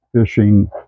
fishing